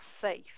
safe